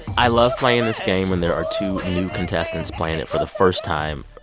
i love playing this game when there are two new contestants playing it for the first time.